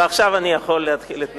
ועכשיו אני יכול להתחיל את נאומי.